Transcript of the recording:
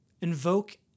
invoke